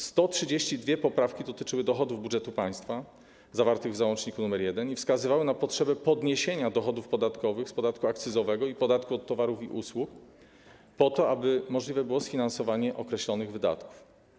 132 poprawki dotyczyły dochodów budżetu państwa, zawartych w załączniku nr 1, i wskazywały na potrzebę podniesienia dochodów podatkowych, z podatku akcyzowego i podatku od towarów i usług, po to aby możliwe było sfinansowanie określonych wydatków.